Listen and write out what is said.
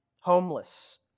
homeless